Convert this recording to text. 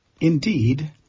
Indeed